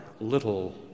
little